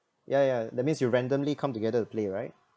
ya ya that means you randomly come together to play right